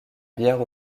bière